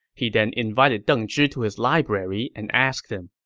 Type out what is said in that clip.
he then invited deng zhi to his library and asked him,